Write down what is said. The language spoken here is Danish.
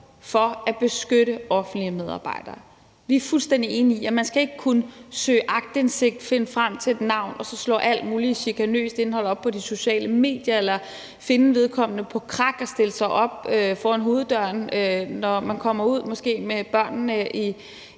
for at beskytte offentlige medarbejdere. Vi er fuldstændig enige i, at man ikke skal kunne søge aktindsigt, finde frem til et navn og så slå alt muligt chikanøst indhold op på de sociale medier eller finde vedkommende på Krak og stille sig op foran hoveddøren, når vedkommende kommer ud, måske med børnene i